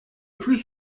plus